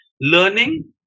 Learning